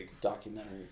documentary